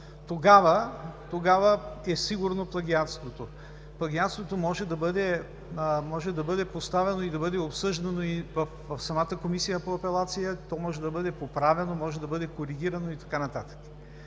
Тогава е сигурно плагиатството. Плагиатството може да бъде поставено и обсъждано в самата Комисия по апелация. То може да бъде поправено, коригирано и така